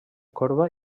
corba